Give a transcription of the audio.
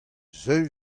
seul